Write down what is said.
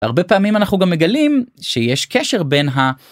הרבה פעמים אנחנו גם מגלים שיש קשר בין ה...